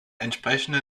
entsprechende